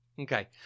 Okay